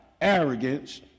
arrogance